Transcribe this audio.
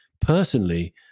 Personally